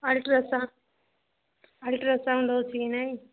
ultrasound ultrasound ହୋଉଛି କି ନାହିଁ